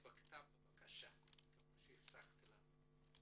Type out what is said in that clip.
כמו שהבטחתם לנו.